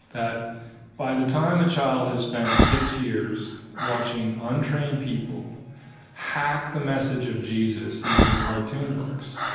that by the time a child has spent six years watching untrained people hack the message of jesus using cartoon books,